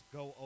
go